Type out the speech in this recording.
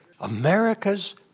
America's